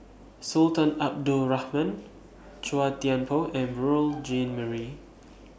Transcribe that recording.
Sultan Abdul Rahman Chua Thian Poh and Beurel Jean Marie